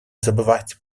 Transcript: забывать